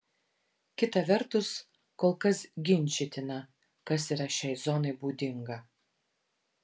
kita vertus kol kas ginčytina kas yra šiai zonai būdinga